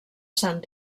sant